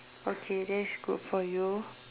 okay that's good for you